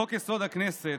חוק-יסוד: הכנסת,